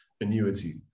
annuity